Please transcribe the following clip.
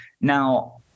Now